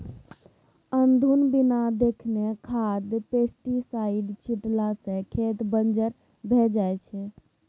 अनधुन बिना देखने खाद पेस्टीसाइड छीटला सँ खेत बंजर भए जाइ छै